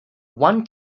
one